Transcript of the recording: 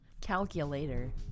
Calculator